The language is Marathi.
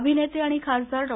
अभिनेते आणि खासदार डॉ